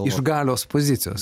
iš galios pozicijos